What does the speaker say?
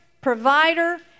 Provider